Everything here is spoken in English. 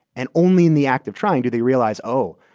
and only in the act of trying do they realize, oh,